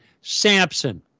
Samson